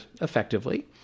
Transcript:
effectively